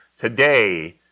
Today